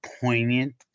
poignant